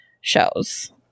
shows